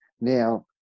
Now